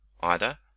either